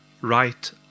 right